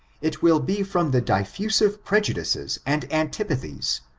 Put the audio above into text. it will be from the difiusive prejudices and antipathies,